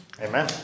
Amen